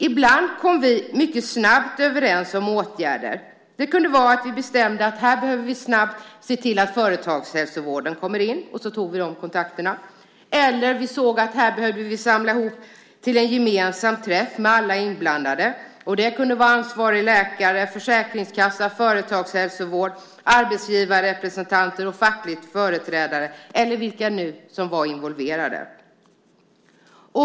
Ibland kom vi mycket snabbt överens om åtgärder. Det kunde vara att vi bestämde att vi snabbt behövde se till att företagshälsovården kommer in, och så tog vi de kontakterna. Eller också såg vi att vi behövde samla en gemensam träff med alla inblandande, och det kunde vara ansvarig läkare, försäkringskassa, företagshälsovård, arbetsgivarrepresentanter och fackliga företrädare, eller vilka som nu var involverade.